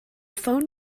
phone